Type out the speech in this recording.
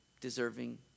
deserving